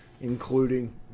including